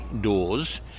doors